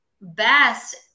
best